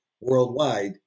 worldwide